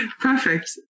Perfect